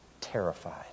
terrified